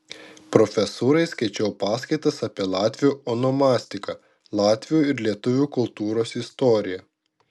profesūrai skaičiau paskaitas apie latvių onomastiką latvių ir lietuvių kultūros istoriją